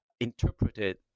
interpreted